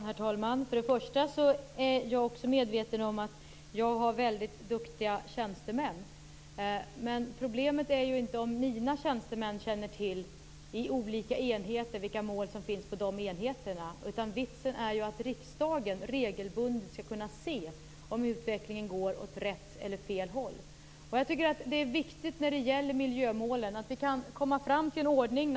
Herr talman! Först och främst är också jag medveten om att jag har väldigt duktiga tjänstemän. Problemet är inte om mina tjänstemän i olika enheter känner till vilka mål som finns på de enheterna. Vitsen är att riksdagen regelbundet skall kunna se om utvecklingen går åt rätt eller fel håll. Det är viktigt att vi kan komma fram till en ordning när det gäller miljömålen.